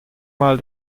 mal